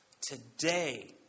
Today